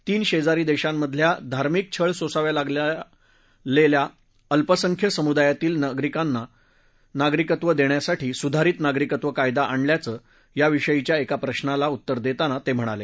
तीन शेजारी देशांमधल्या धार्मिक छळ सोसाव्या लागलेल्या अल्पसंख्य समुदायातील नागरिकांना नागरिकत्व देण्यासाठी सुधारित नागरिकत्व कायदा आणल्याचं याविषयीच्या एका प्रश्नाला उत्तर देताना ते म्हणाले